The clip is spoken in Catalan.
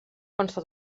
consta